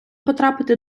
потрапити